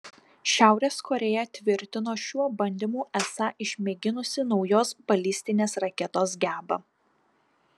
šiaurės korėja tvirtino šiuo bandymu esą išmėginusi naujos balistinės raketos gebą